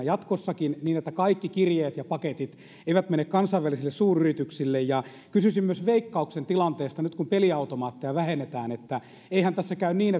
jatkossakin niin että kaikki kirjeet ja paketit eivät mene kansainvälisille suuryrityksille kysyisin myös veikkauksen tilanteesta nyt kun peliautomaatteja vähennetään eihän tässä käy niin